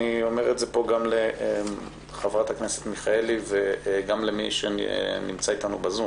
אני אומר את זה גם לחברת הכנסת מיכאלי וגם למי שנמצא אתנו בזום